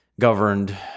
governed